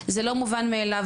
זה לא מובן מאליו.